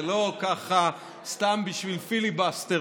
זה לא ככה סתם בשביל פיליבסטר,